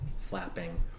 flapping